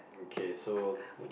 okay so